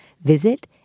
visit